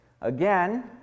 Again